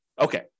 okay